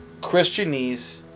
Christianese